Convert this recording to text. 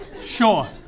Sure